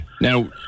Now